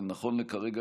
אבל נכון לרגע